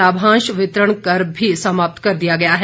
लाभांश वितरण कर भी समाप्त कर दिया गया है